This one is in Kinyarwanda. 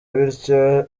bityo